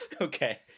okay